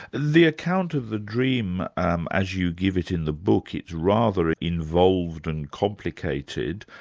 the account of the dream um as you give it in the book, it's rather involved and complicated,